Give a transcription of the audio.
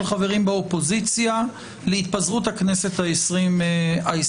חברים באופוזיציה להתפזרות הכנסת העשרים וארבע.